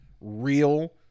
real